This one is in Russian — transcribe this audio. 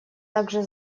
также